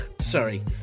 sorry